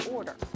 Order